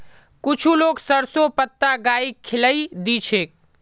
कुछू लोग सरसोंर पत्ता गाइक खिलइ दी छेक